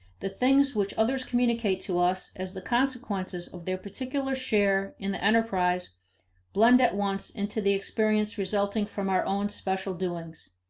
the things which others communicate to us as the consequences of their particular share in the enterprise blend at once into the experience resulting from our own special doings.